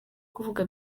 kuvuga